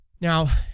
Now